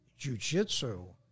Jujitsu